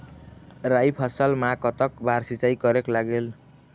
राई फसल मा कतक बार सिचाई करेक लागेल?